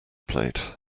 plate